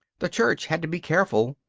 the church had to be careful,